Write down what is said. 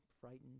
frightened